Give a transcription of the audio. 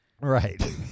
Right